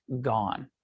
gone